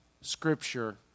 Scripture